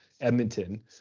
Edmonton